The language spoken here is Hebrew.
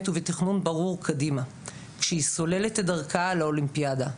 ובתכנון ברור קדימה תוך שהיא סוללת את דרכה לאולימפיאדה.